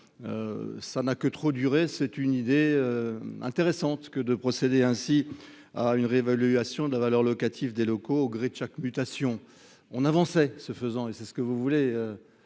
ça n'a que trop duré, c'est une idée intéressante que de procéder ainsi à une réévaluation de la valeur locative des locaux gré chaque mutation, on avançait, ce faisant, et c'est ce que vous voulez,